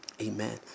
Amen